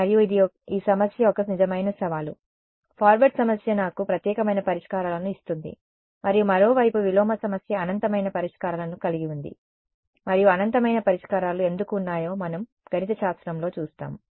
మరియు ఇది ఈ సమస్య యొక్క నిజమైన సవాలు ఫార్వర్డ్ సమస్య నాకు ప్రత్యేకమైన పరిష్కారాలను ఇస్తుంది మరియు మరోవైపు విలోమ సమస్య అనంతమైన పరిష్కారాలను కలిగి ఉంది మరియు అనంతమైన పరిష్కారాలు ఎందుకు ఉన్నాయో మనం గణితశాస్త్రంలో చూస్తాము